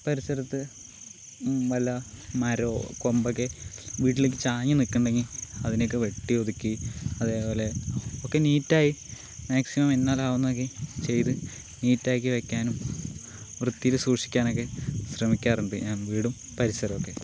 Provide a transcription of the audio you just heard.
പരിസരത്ത് വല്ല മരമോ കൊമ്പോ ഒക്കെ വീട്ടിലേക്ക് ചാഞ്ഞ് നിൽക്കുന്നുണ്ടെങ്കിൽ അതിനെയൊക്കെ വെട്ടിയൊതുക്കി അതേപോലെ ഒക്കെ നീറ്റായി മാക്സിമം എന്നാലാവുന്നത് ഒക്കെ ചെയ്ത് നീറ്റാക്കി വെക്കാനും വൃത്തിയില് സൂക്ഷിക്കാനൊക്കെ ശ്രമിക്കാറുണ്ട് ഞാൻ വീടും പരിസരവുമൊക്കെ